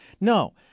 No